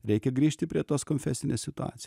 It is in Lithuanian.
reikia grįžti prie tos konfesinės situacijo